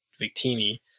Victini